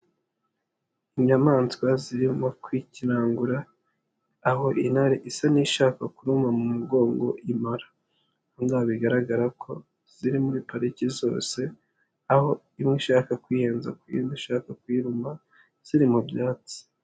Inyamaswa zirimo kwikinangura, aho intare isa n'ishaka kuruma mu mugongo impara. Bigaragara ko ziri muri pariki zose, aho imwe ishaka kwiyenza ku yindi ishaka kuyiruma ziri mu byatsi.